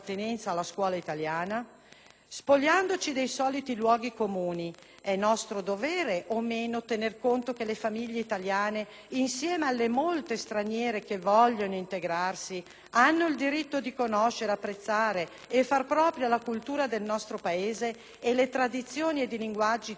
Spogliandoci dei soliti luoghi comuni, è nostro dovere o meno tener conto che le famiglie italiane, insieme alle molte famiglie straniere che vogliono integrarsi, hanno il diritto di conoscere, apprezzare e fare propria la cultura del nostro Paese insieme alle tradizioni e ai linguaggi tipici dei diversi territori?